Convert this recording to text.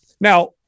now